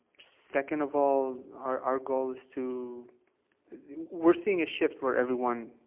second of all, our our goal is to we're seeing a shift, where everyone,